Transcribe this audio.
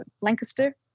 Lancaster